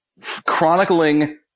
chronicling